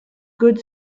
good